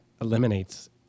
eliminates